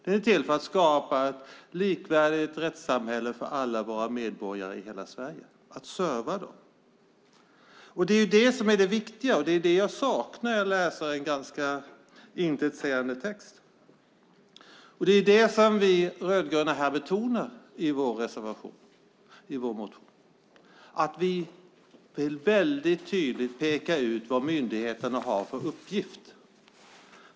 De är till för att skapa ett likvärdigt rättssamhälle för alla våra medborgare i hela Sverige, att serva dem. Det är det som är det viktiga, och det är det jag saknar när jag läser den här ganska intetsägande texten. Det är det som vi rödgröna betonar i vår reservation: Vi vill väldigt tydligt peka ut vad myndigheterna har för uppgift.